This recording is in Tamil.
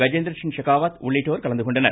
கஜேந்திர சிங் ஷெகாவத் உள்ளிட்டோர் கலந்து கொண்டனர்